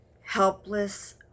helpless